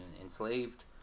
enslaved